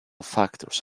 factors